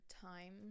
time